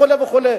וכו' וכו'.